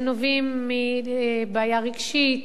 הם נובעים מבעיה רגשית,